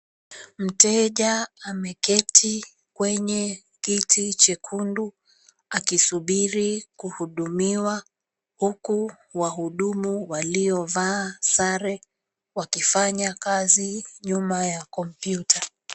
Mteja ameketi kwenye kiti chekundu, akisubiri kuhudumiwa huku wahudumu waliovaa sare wakifanya kazi nyuma ya kompyuta.